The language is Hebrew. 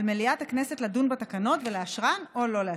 על מליאת הכנסת לדון בתקנות ולאשרן או לא לאשרן.